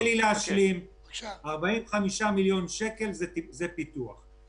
45 מיליון שקל זה פיתוח.